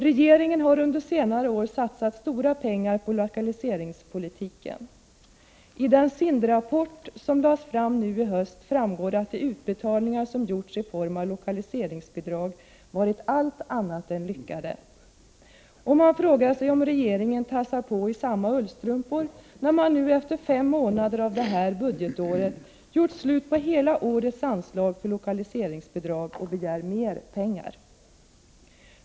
Regeringen har under senare år satsat mycket pengar på lokaliseringspolitiken. Av den SIND-rapport som lades fram nu i höst framgår att de utbetalningar som gjorts i form av lokaliseringsbidrag varit allt annat än lyckade. Man frågar sig om regeringen tassar på i samma ullstrumpor som tidigare, eftersom man efter fem månader av det här budgetåret har gjort slut på hela årets anslag för lokaliseringsbidrag och nu begär mer pengar.